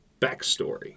Backstory